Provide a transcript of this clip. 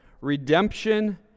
redemption